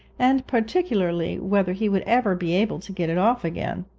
and particularly, whether he would ever be able to get it off again.